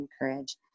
encourage